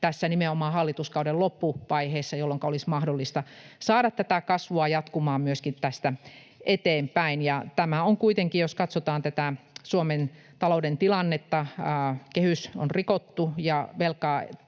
näitä nimenomaan tässä hallituskauden loppuvaiheessa, jolloinka olisi mahdollista saada tätä kasvua jatkumaan myöskin tästä eteenpäin. Tämä on kuitenkin, jos katsotaan tätä Suomen talouden tilannetta — kehys on rikottu, ja velkaa